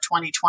2020